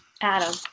Adam